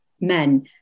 men